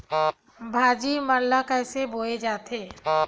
भाजी मन ला कइसे बोए जाथे?